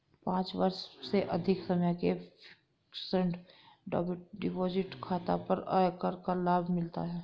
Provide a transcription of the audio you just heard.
पाँच वर्ष से अधिक समय के फ़िक्स्ड डिपॉज़िट खाता पर आयकर का लाभ मिलता है